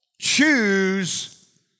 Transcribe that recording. choose